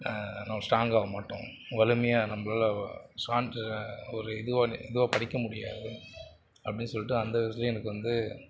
நம்ம ஸ்டாங்காக மாட்டோம் வலிமையாக நம்மளால சார்ந்து ஒரு இதுவாக இதுவாக படிக்க முடியாது அப்படின்னு சொல்லிவிட்டு அந்த வயதில் எனக்கு வந்து